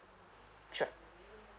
sure